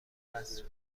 رسم